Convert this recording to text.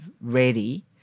ready